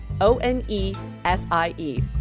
O-N-E-S-I-E